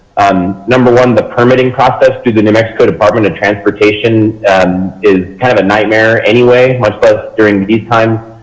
um number one, the permitting process through the new mexico department of transportation is kind of a nightmare anyway much less but during these times.